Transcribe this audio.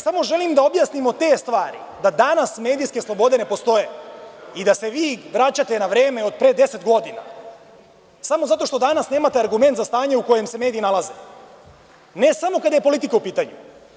Samo želim da objasnimo te stvar, da danas medijske slobode ne postoje i da se vi vraćate na vreme od pre deset godina samo zato što danas nemate argument za stanje u kojem se mediji nalaze, ne samo kada je politika u pitanju.